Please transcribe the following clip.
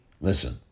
Listen